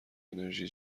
انرژی